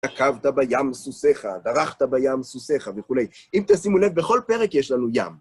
תקבת בים סוסך, דרכת בים סוסך וכו', אם תשימו לב, בכל פרק יש לנו ים.